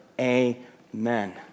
Amen